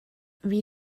wie